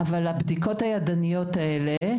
אבל הבדיקות הידניות האלה,